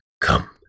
come